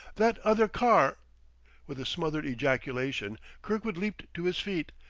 that other car with a smothered ejaculation kirkwood leaped to his feet,